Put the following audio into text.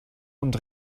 und